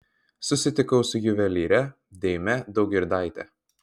susitikau su juvelyre deime daugirdaite